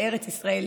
לארץ ישראל,